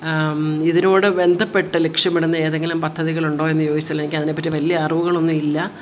ഇതിനോട് ബന്ധപ്പെട്ട് ലക്ഷ്യമിടുന്ന ഏതെങ്കിലും പദ്ധതികളുണ്ടോ എന്നു ചോദിച്ചാൽ എനിക്ക് അതിനെപ്പറ്റി വലിയ അറിവുകൾ ഒന്നും ഇല്ല